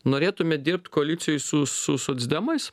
norėtumėt dirbt koalicijoj su su su socdemais